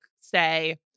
say